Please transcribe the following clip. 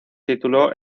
tituló